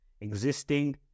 existing